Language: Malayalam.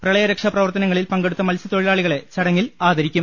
പ്രളയ രക്ഷാ പ്രവർത്തനങ്ങളിൽ പങ്കെടുത്ത മത്സ്യതൊഴിലാളികളെ ചടങ്ങിൽ ആദരിക്കും